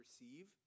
receive